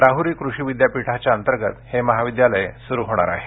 राहुरी कृषी विद्यापीठाच्या अंतर्गत हे महाविद्यालय सुरू होणार आहे